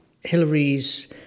hillary's